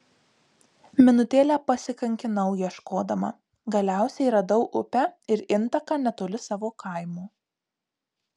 minutėlę pasikankinau ieškodama galiausiai radau upę ir intaką netoli savo kaimo